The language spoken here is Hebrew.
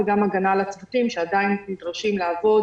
וגם הגנה על הצוותים שעדיין נדרשים לעבוד